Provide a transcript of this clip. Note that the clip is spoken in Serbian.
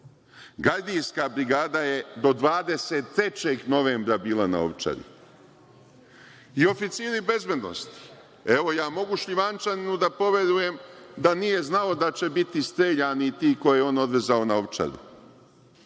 Gajdinska brigada je do 23. novembra bila na Ovčari i oficiri bezbednosti. Evo ja mogu Šljivančaninu da poverujem da nije znao da će biti streljani ti koje je on odvezao na Ovčar,